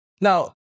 Now